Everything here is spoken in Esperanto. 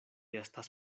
estas